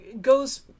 goes